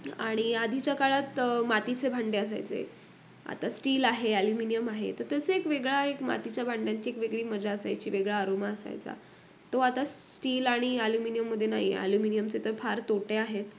आणि आधीच्या काळात मातीचे भांडे असायचे आता स्टील आहे ॲल्युमिनियम आहे तर त्याचं एक वेगळा एक मातीच्या भांड्यांची एक वेगळी मजा असायची वेगळा आरोमा असायचा तो आता स्टील आणि ॲल्युमिनियममध्ये नाही आहे ॲल्युमिनियमचे तर फार तोटे आहेत